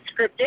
scripted